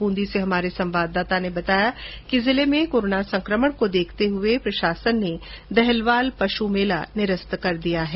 बूंदी से हमारे संवाददाता ने बताया कि जिले में कोरोना संकमण को देखते हुए जिला प्रशासन ने देहलवाल का पशु मेला निरस्त कर दिया है